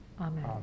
Amen